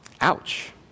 Ouch